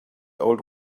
old